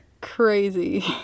crazy